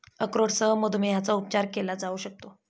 अक्रोडसह मधुमेहाचा उपचार केला जाऊ शकतो